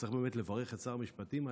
וצריך באמת לברך את שר המשפטים עליה,